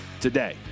today